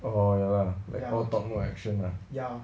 orh ya lah like how you talk more action lah ya